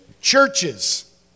churches